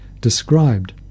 described